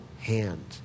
hand